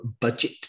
budget